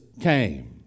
came